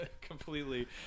completely